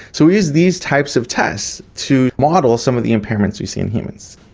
so we use these types of tests to model some of the impairments we see in humans.